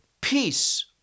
peace